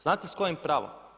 Znate s kojim pravom?